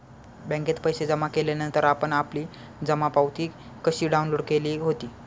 बँकेत पैसे जमा केल्यानंतर आपण आपली जमा पावती कशी डाउनलोड केली होती?